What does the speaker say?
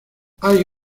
hay